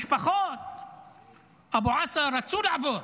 משפחות אבו עסא רצו לעבור,